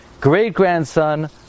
great-grandson